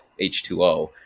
H2O